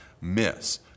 miss